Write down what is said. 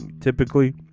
typically